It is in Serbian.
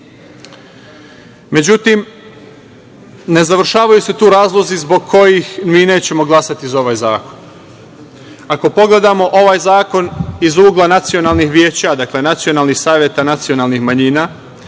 ne završavaju se tu razlozi zbog kojih mi nećemo glasati za ovaj zakon. Ako pogledamo ovaj zakon iz ugla nacionalnih veća, dakle nacionalnih saveta nacionalnih manjina,